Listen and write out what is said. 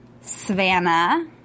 Savannah